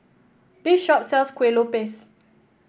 this shop sells Kuih Lopes